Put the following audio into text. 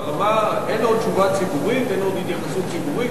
אין לו התייחסות ציבורית,